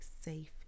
safe